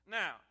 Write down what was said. now